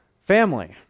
Family